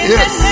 Yes